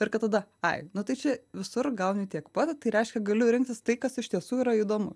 ir kad tada ai nu tai čia visur gauni tiek pat tai reiškia galiu rinktis tai kas iš tiesų yra įdomu